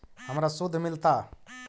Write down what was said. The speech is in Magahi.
हमरा शुद्ध मिलता?